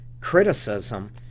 criticism